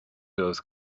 those